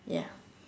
ya